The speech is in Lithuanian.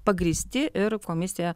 pagrįsti ir komisija